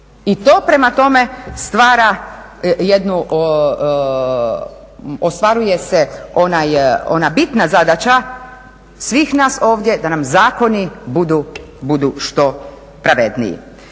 I to, prema tome stvara jednu, ostvaruje se ona bitna zadaća svih nas ovdje da nam zakoni budu što pravedniji.